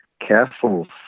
castles